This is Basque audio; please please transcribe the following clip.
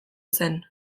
zen